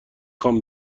خوام